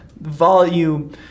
volume